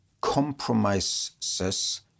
compromises